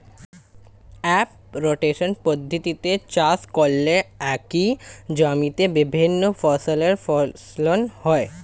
crop rotation পদ্ধতিতে চাষ করলে একই জমিতে বিভিন্ন ফসলের ফলন হয়